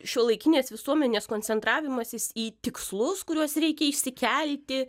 šiuolaikinės visuomenės koncentravimasis į tikslus kuriuos reikia išsikelti